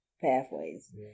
pathways